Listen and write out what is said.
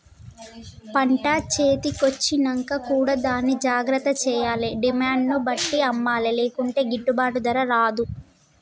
పంట చేతి కొచ్చినంక కూడా దాన్ని జాగ్రత్త చేయాలే డిమాండ్ ను బట్టి అమ్మలే లేకుంటే గిట్టుబాటు ధర రాదు